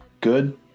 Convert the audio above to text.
good